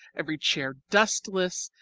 every chair dustless,